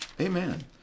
Amen